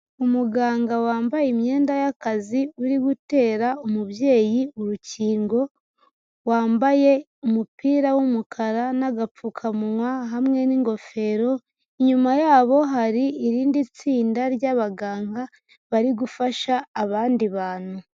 Umuganga wambaye imyenda y'akazi uri gutera umubyeyi urukingo, wambaye umupira w'umukara n'agapfukamunwa hamwe n'ingofero, inyuma yabo hari irindi tsinda ry'abaganga bari gufasha abandi bantu.